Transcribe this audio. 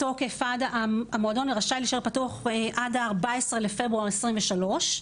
המועדון רשאי להישאר פתוח עד ה-14 בפברואר 2023,